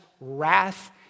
wrath